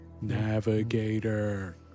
Navigator